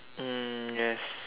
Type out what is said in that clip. mm yes